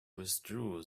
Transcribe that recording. withdrew